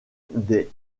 des